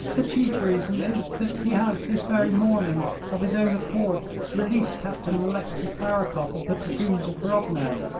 the chief reason is that he has this very morning of his own accord released captain alexis barakoff, of the dragoons of grodno.